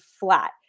flat